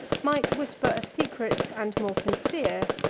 might whisper a secret, and more sincere,